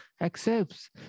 accepts